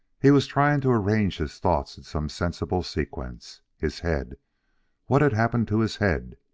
he was trying to arrange his thoughts in some sensible sequence. his head what had happened to his head.